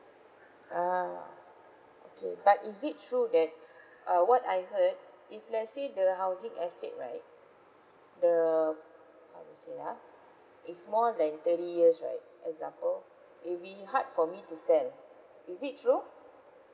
ah okay but is it true that uh what I heard if let's say the housing estate right the how to say ah is more than thirty years right example it'll be hard for me to sell is it true